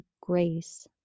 Grace